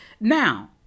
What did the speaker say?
Now